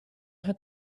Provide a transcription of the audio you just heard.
had